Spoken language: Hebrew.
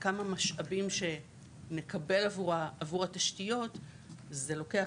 כמה משאבים שנקבל עבור התשתיות זה לוקח